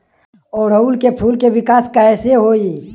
ओड़ुउल के फूल के विकास कैसे होई?